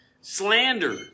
Slander